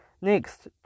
Next